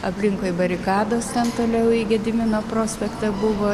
aplinkui barikados ten toliau į gedimino prospektą buvo